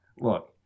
Look